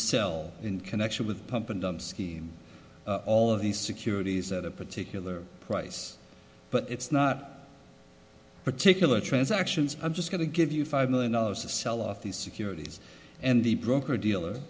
sell in connection with pump and dump scheme all of these securities at a particular price but it's not particular transactions i'm just going to give you five million dollars to sell off these securities and the broker dealer